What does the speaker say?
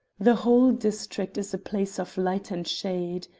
the whole district is a place of light and shade.